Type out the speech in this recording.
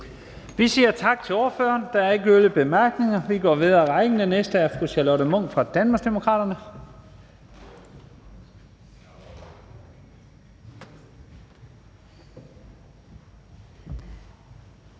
Vi siger tak til ordføreren. Der er ikke yderligere korte bemærkninger. Vi går videre i rækken, og den næste er fru Charlotte Munch fra Danmarksdemokraterne.